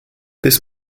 this